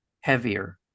heavier